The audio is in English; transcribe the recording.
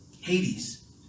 Hades